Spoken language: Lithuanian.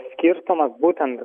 skirtumas būtent